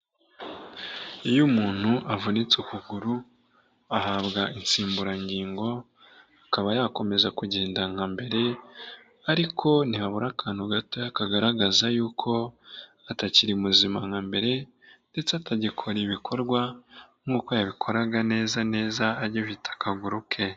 Iyo umuntu avunitse ukuguru ahabwa insimburangingo, akaba yakomeza kugenda nka mbere ariko ntihabura akantu gato kagaragaza yuko atakiri muzima nka mbere ndetse atagikora ibikorwa nk'uko yabikoraga neza neza agifite akaguru ke.